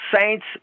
saints